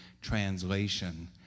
translation